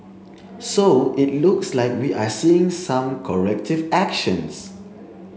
so it looks like we are seeing some corrective actions